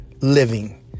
living